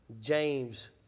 James